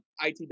itw